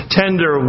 tender